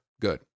Good